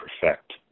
perfect